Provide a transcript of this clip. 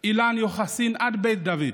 אילן יוחסין עד בית דוד.